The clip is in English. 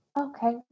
okay